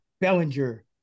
Bellinger